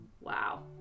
wow